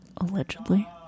allegedly